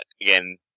again